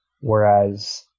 whereas